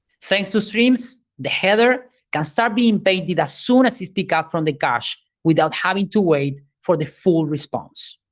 thanks to streams, the header can start being painted as soon as it pick up from the cache without having to wait for the full response.